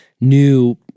new